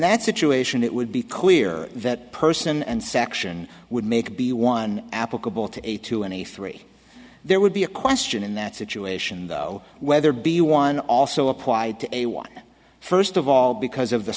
that situation it would be clear that person and section would make be one applicable to a two and a three there would be a question in that situation though whether b one also applied to a one first of all because of the